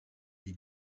est